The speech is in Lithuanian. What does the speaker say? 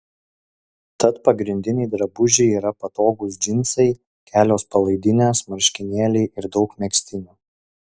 tad pagrindiniai drabužiai yra patogūs džinsai kelios palaidinės marškinėliai ir daug megztinių